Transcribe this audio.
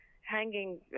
hanging